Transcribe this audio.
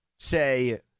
say